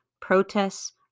protests